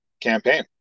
campaign